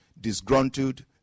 disgruntled